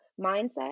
mindset